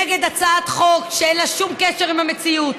נגד הצעת חוק שאין לה שום קשר עם המציאות.